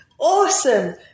Awesome